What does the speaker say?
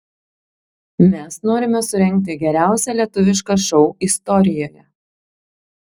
mes norime surengti geriausią lietuvišką šou istorijoje